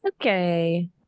Okay